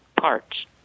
parts